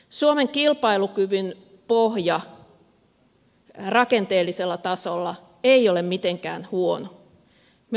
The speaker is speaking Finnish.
suomen kilpailukyvyn pohja rakenteellisella tasolla ei ole mitenkään huono